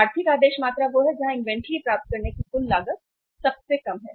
आर्थिक ऑर्डर मात्रा वह है जहां इन्वेंट्री प्राप्त करने की कुल लागत सबसे कम है